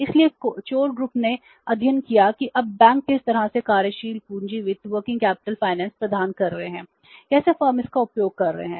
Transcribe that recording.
इसलिए कोर समूह प्रदान कर रहे हैं कैसे फर्म इसका उपयोग कर रहे हैं